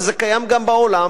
וזה קיים גם בעולם,